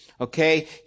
okay